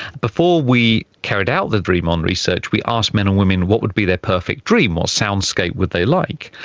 before we carried out the dream on research we asked men and women what would be their perfect dream or soundscape would they like.